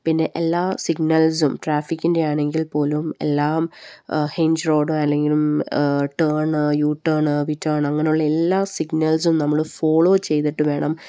പിന്നെ എല്ലാ സിഗ്നൽസും ട്രാഫിക്കിൻ്റെ ആണെങ്കിൽ പോലും എല്ലാം ഹെഞ്ച് റോഡ് അല്ലെങ്കിലും turn U turn V turn അങ്ങനെയുള്ള എല്ലാ സിഗ്നൽസും നമ്മൾ ഫോളോ ചെയ്തിട്ട് വേണം